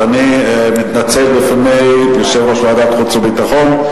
אז אני מתנצל בפני יושב-ראש ועדת החוץ והביטחון.